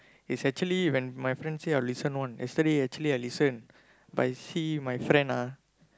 is actually when my friend said I will listen one yesterday actually I listen but you see my friend ah